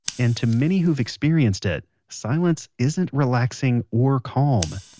and to many who've experienced it, silence isn't relaxing or calm.